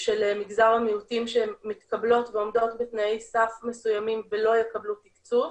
מגזר המיעוטים שמתקבלות ועומדות בתנאי סף מסוימים ולא יקבלו תקצוב